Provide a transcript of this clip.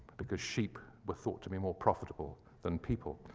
because sheep were thought to be more profitable than people.